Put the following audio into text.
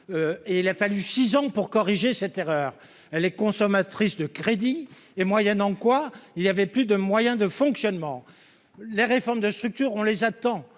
Il a fallu six ans pour corriger cette erreur, consommatrice de crédits, moyennant quoi, il n'y avait plus de moyens de fonctionnement. Les réformes de structure, on les attend